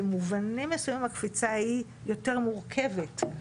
במובנים מסוימים הקפיצה היא יותר מורכבת.